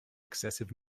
excessive